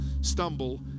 stumble